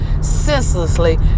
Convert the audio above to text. senselessly